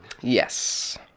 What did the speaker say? Yes